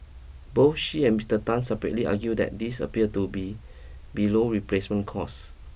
both she and Mister Tan separately argue that this appear to be below replacement cost